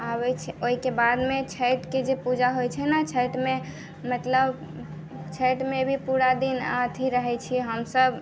आबै छै ओहिके बादमे छठीके जे पूजा होइ छै ने छठिमे मतलब छठिमे भी पूरा दिन अथि रहै छियै हम सभ